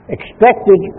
Expected